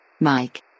Mike